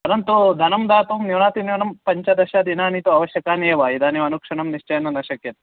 परन्तु धनं दातुं न्यूनातिन्यूनं पञ्चदशदिनानि तु आवश्यकानि एव इदानीम् अनुक्षणं निश्चयेन न शक्यते